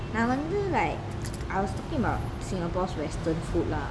I wonder like I was talking about singapore's western food lah